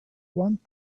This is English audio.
want